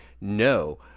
no